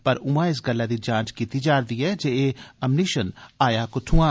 पर ऊआं इस गल्लै दी जांच कीती जा'रदी ऐ जे एह् अमनीशन आया कुत्थुआं